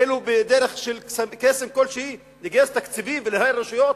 בדרך של קסם כלשהו לגייס תקציבים ולנהל רשויות?